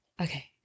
Okay